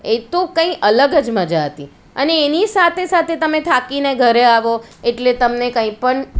એ તો કંઈક અલગ જ મજા હતી અને એની સાથે સાથે તમે થાકીને ઘરે આવો એટલે તમને કંઇ પણ